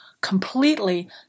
completely